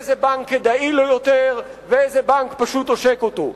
איזה בנק כדאי לו יותר ואיזה בנק פשוט עושק אותו.